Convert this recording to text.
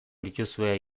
dituzue